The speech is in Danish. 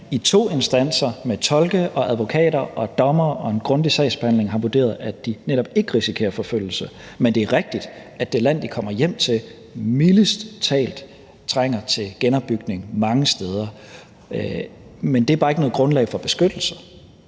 i to instanser med tolke og advokater og dommere og en grundig sagsbehandling har vurderet, at de netop ikke risikerer forfølgelse. Men det er rigtigt, at det land, de kommer hjem til, mildest talt trænger til genopbygning mange steder. Men det er bare ikke noget grundlag for beskyttelse.